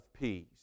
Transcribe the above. Peace